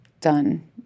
done